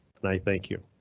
and i thank you.